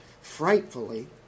frightfully